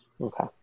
okay